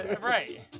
right